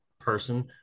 person